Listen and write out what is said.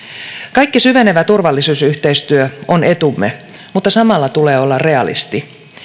kaikki syvenevä turvallisuusyhteistyö on etumme mutta samalla tulee olla realisti